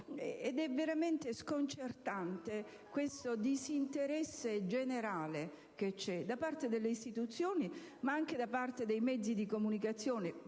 ed è veramente sconcertante questo disinteresse generale da parte delle istituzioni, ma anche da parte dei mezzi di comunicazione,